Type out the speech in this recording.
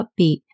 upbeat